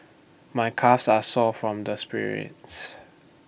my calves are sore from all the sprints